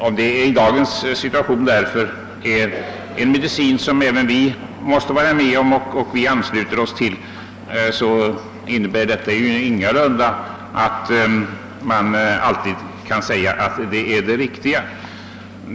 Om denna avgift i dagens situation är en medicin som även vi måste vara med om att skriva ut, innebär detta emellertid ingalunda att man kan säga att det receptet alltid är det riktiga.